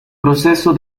proceso